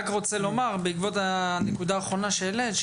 בעקבות הנקודה האחרונה שהעלית,